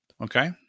Okay